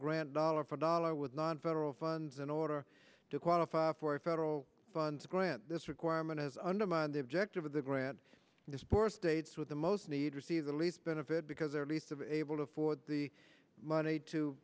grant dollar for dollar with non federal funds in order to qualify for federal funds grant this requirement has undermined the objective of the grant this poor states with the most need receive the least benefit because they are least of able to afford the money to